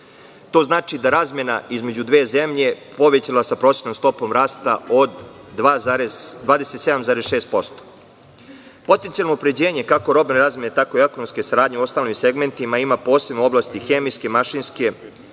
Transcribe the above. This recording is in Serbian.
To znači da razmena između dve zemlje je povećana, sa prosečnom stopom rasta, od 27,6%. Potencijalno unapređenje, kako robne razmene, tako i ekonomske saradnje u ostalim segmentima, ima posebno u oblasti hemijske, mašinske,